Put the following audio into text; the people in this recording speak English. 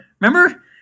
Remember